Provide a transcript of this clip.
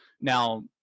Now